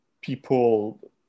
people